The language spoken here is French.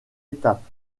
étape